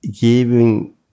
giving